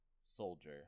soldier